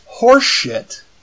horseshit